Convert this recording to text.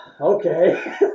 okay